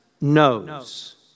knows